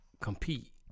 Compete